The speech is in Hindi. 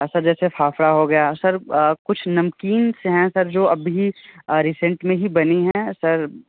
हाँ सर जैसे फ़ाफ़ड़ा हो गया सर कुछ नम्कींस हैं सर जो अब ही रीसेन्ट में ही बनी हैं सर